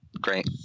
Great